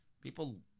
people